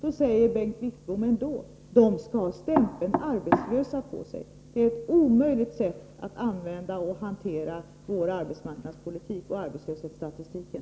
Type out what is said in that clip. Då säger Bengt Wittbom ändå att dessa människor skall ha stämpeln ”arbetslös” på sig. Det är ett orimligt sätt att tolka och hantera vår arbetsmarknadspolitik och arbetslöshetsstatistiken.